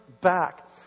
back